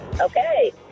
Okay